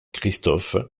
christophe